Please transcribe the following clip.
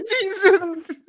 Jesus